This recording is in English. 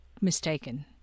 mistaken